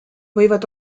võivad